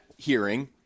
hearing